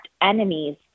enemies